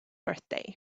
birthday